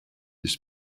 this